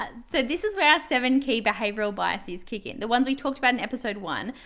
but so this is where our seven key behavioral biases kick in, the ones we talked about in episode one,